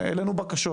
העלינו בקשות.